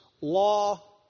Law